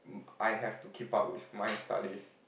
I have to keep up with my studies